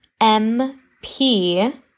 MP